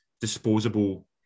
disposable